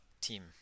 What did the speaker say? team